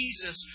Jesus